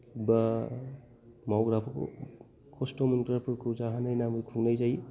बा मावग्राफोरखौ खस्त' मोनग्राफोरखौ जाहोनाय नामै खुंनाय जायो